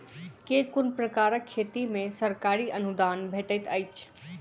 केँ कुन प्रकारक खेती मे सरकारी अनुदान भेटैत अछि?